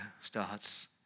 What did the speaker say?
starts